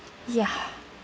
ya